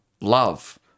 love